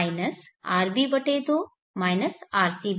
ra rb2 rc2